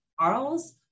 Charles